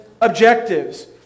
objectives